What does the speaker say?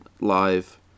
live